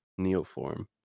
Neoform